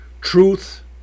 truth